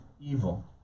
evil